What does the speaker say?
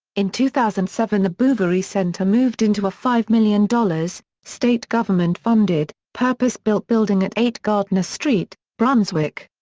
in two thousand and seven the bouverie centre moved into a five million dollars, state government funded, purpose built building at eight gardiner street, brunswick.